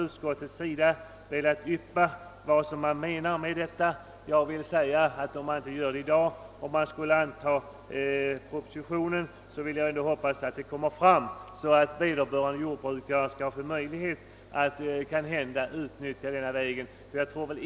Utskottet har inte talat om vad som menas med den skrivningen, men om vi i dag antar propositionens förslag hoppas jag att innebörden klargöres, så att vederbörande jordbrukare kan utnyttja den möjlighet som kan finnas där.